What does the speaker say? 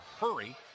hurry